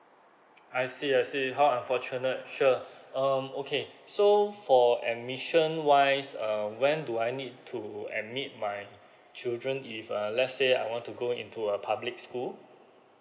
I see I see how unfortunate sure um okay so for admission wise um when do I need to admit my children if uh let's say I want to go into a public school